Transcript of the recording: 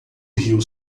rio